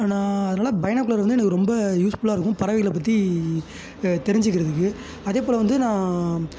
நான் அதனால பைனாகுலர் வந்து எனக்கு ரொம்ப யூஸ்ஃபுல்லாக இருக்கும் பறவைகளை பற்றி தெரிஞ்சுக்கிறதுக்கு அதேபோல் வந்து நான்